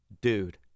Dude